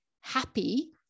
happy